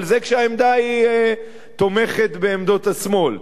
אבל זה כשהעמדה תומכת בעמדות השמאל.